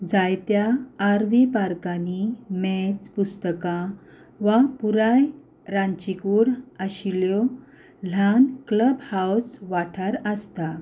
जायत्या आरव्ही पार्कांनी मेज पुस्तकां वा पुराय रांदचीकूड आशिल्ल्यो ल्हान क्लब हावस वाठार आसता